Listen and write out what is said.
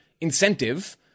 incentive